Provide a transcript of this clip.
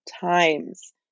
times